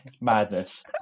Madness